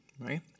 right